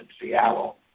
Seattle